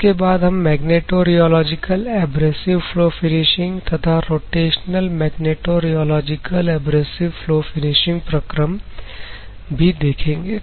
उसके बाद हम मैग्नेटोियोलॉजिकल एब्रेसिव फ्लो फिनिशिंग तथा rotational magnetorheological abrasive flow finishing प्रक्रम भी देखेंगे